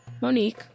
Monique